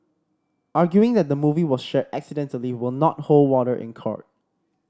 arguing that the movie was shared accidentally will not hold water in court